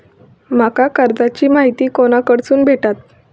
माका कर्जाची माहिती कोणाकडसून भेटात?